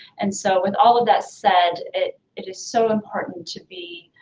and so, with all of that said, it it is so important to be